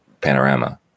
panorama